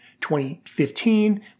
2015